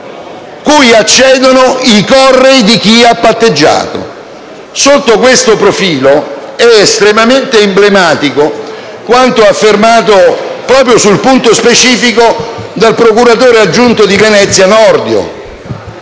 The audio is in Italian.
cui accedono i correi di chi ha patteggiato. Sotto questo profilo è estremamente emblematico quanto affermato proprio sul punto specifico dal procuratore aggiunto di Venezia Nordio,